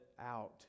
out